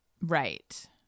right